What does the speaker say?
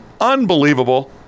unbelievable